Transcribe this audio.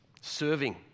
Serving